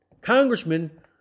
congressman